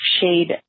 shade